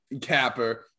capper